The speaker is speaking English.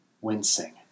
Wincing